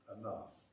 enough